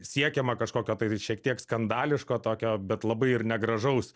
siekiama kažkokio tai šiek tiek skandališko tokio bet labai ir negražaus